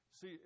See